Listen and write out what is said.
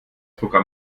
programm